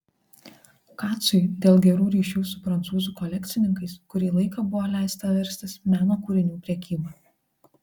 kacui dėl gerų ryšių su prancūzų kolekcininkais kurį laiką buvo leista verstis meno kūrinių prekyba